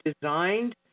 designed